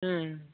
हं